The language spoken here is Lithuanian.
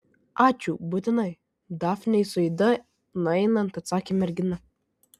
ačiū būtinai dafnei su ida nueinant atsakė mergina